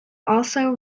also